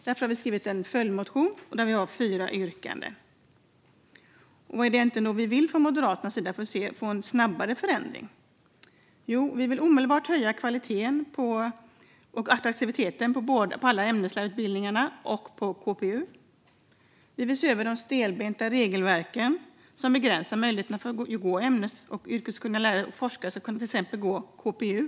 Därför har vi skrivit en följdmotion med fyra yrkanden. Vad är det då vi vill från Moderaternas sida för att få en snabbare förändring? Jo, vi vill omedelbart höja kvaliteten och attraktiviteten på alla ämneslärarutbildningar och på KPU. Vi vill se över de stelbenta regelverken som begränsar möjligheterna för ämnes och yrkeskunniga och forskare att gå på KPU.